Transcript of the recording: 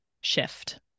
shift